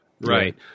Right